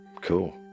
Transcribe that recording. Cool